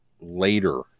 later